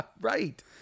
Right